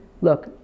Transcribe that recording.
look